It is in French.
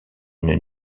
une